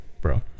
bro